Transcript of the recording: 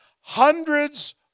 hundreds